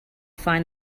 find